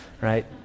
right